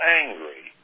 angry